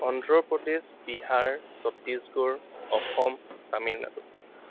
Andhra Pradesh Bihar Chhattisgarh Assam Tamil Nadu